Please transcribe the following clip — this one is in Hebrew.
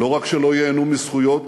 לא רק שלא ייהנו מזכויות,